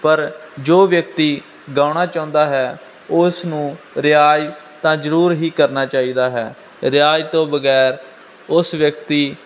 ਪਰ ਜੋ ਵਿਅਕਤੀ ਗਾਉਣਾ ਚਾਹੁੰਦਾ ਹੈ ਉਸ ਨੂੰ ਰਿਆਜ਼ ਤਾਂ ਜ਼ਰੂਰ ਹੀ ਕਰਨਾ ਚਾਹੀਦਾ ਹੈ ਰਿਆਜ਼ ਤੋਂ ਬਗੈਰ ਉਸ ਵਿਅਕਤੀ